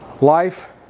Life